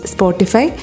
Spotify